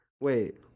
Wait